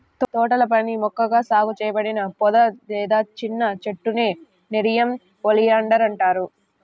తోటపని మొక్కగా సాగు చేయబడిన పొద లేదా చిన్న చెట్టునే నెరియం ఒలియాండర్ అంటారు